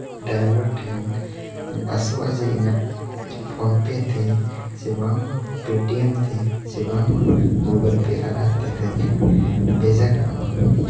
driver ᱴᱷᱮᱱ ᱟᱥᱚᱜᱼᱟ ᱡᱮ ᱤᱧᱟᱹᱜ ᱯᱷᱳᱱ ᱯᱮ ᱛᱮ ᱵᱟᱝᱢᱟ ᱯᱮᱴᱤᱭᱮᱢ ᱛᱮ ᱵᱟᱝᱢᱟ ᱢᱳᱵᱟᱭᱤᱞ ᱯᱮ ᱟᱫᱷᱟᱨ ᱛᱮᱜᱮᱧ ᱵᱷᱮᱡᱟ ᱠᱟᱜᱼᱢᱟ